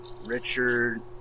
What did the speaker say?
Richard